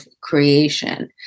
creation